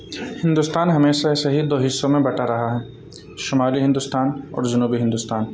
ہندوستان ہمیشہ صحیح دو حصوں میں بٹا رہا ہے شمالی ہندوستان اور جنوبی ہندوستان